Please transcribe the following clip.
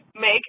Make